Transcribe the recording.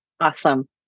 Awesome